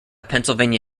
pennsylvania